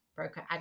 Broker